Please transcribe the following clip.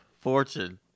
fortune